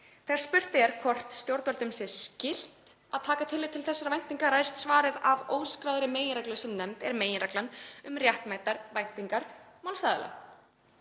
Þegar spurt er hvort stjórnvöldum sé skylt að taka tillit til þessara væntinga ræðst svarið af óskráðri meginreglu sem nefnd er meginreglan um réttmætar væntingar málsaðila.